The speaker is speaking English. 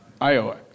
Iowa